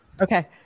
okay